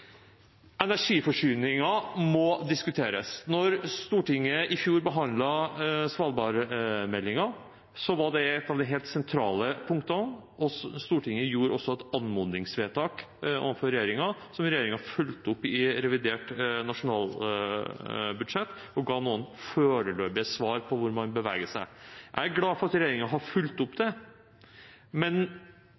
må diskuteres. Da Stortinget i fjor behandlet svalbardmeldingen, var det et av de helt sentrale punktene. Stortinget gjorde også et anmodningsvedtak overfor regjeringen, som regjeringen fulgte opp i revidert nasjonalbudsjett og gav noen foreløpige svar på hvor man beveger seg. Jeg er glad for at regjeringen har fulgt opp